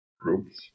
groups